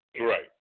Right